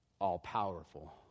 all-powerful